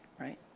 right